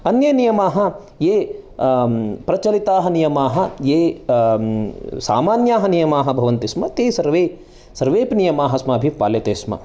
अन्ये नियमाः ये प्रचलिताः नियमाः ये सामान्याः नियमाः भवन्ति स्म ते सर्वे सर्वेपि नियमाः अस्माभिः पाल्यते स्म